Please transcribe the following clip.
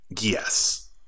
yes